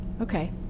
Okay